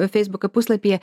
feisbuko puslapyje